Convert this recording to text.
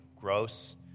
gross